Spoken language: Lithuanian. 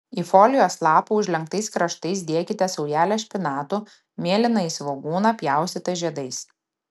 į folijos lapą užlenktais kraštais dėkite saujelę špinatų mėlynąjį svogūną pjaustytą žiedais